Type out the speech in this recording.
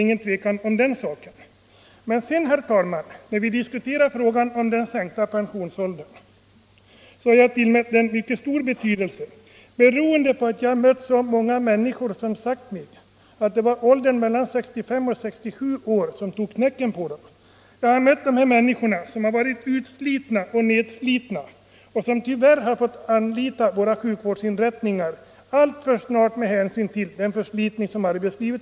Jag har dock tillmätt frågan om en sänkning av pensionsåldern mycket Nr 134 stor betydelse, eftersom jag mött så många människor som sagt mig Onsdagen den att det var åldern mellan 65 och 67 år som knäckte dem. Jag har mött 4 december 1974 dessa utslitna människor, som alltför snart måst anlita våra sjukvårdsinrättningar på grund av de påfrestningar de blivit utsatta för i arbetslivet.